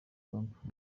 trump